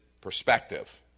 perspective